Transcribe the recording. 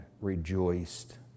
rejoiced